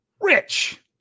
Rich